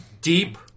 deep